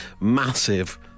massive